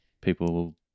people